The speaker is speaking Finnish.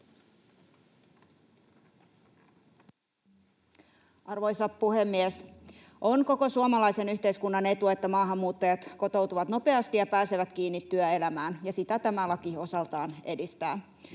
Arvoisa puhemies! On koko suomalaisen yhteiskunnan etu, että maahanmuuttajat kotoutuvat nopeasti ja pääsevät kiinni työelämään, ja sitä tämä laki osaltaan edistää.